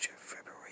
February